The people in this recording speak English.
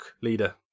leader